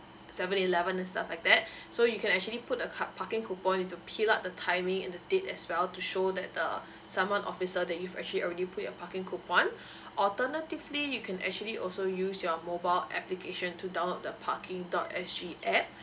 seven eleven and stuff like that so you can actually put a car parking coupon you need to peel up the timing and the date as well to show that the saman officer that you've actually already put your parking coupon alternatively you can actually also use your mobile application to download the parking dot s g app